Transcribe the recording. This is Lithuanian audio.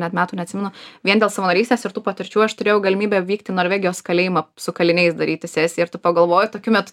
net metų neatsimenu vien dėl savanorystės ir tų patirčių aš turėjau galimybę vykti į norvegijos kalėjimą su kaliniais daryti sesiją ir tu pagalvoji tokiu metu